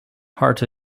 hart